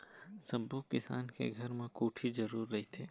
सब्बो किसान के घर म कोठी जरूर रहिथे